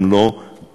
הם לא מתוכנו,